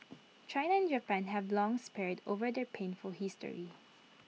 China and Japan have long sparred over their painful history